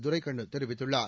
துரைகண்ணு தெரிவித்துள்ளார்